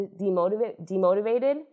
demotivated